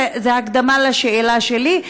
זו הקדמה לשאלה שלי,